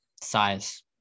Size